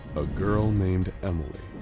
a girl named emily,